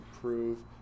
prove